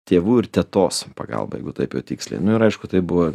tėvų ir tetos pagalba jeigu taip jau tiksliniai nu ir aišku tai buvo